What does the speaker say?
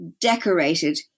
decorated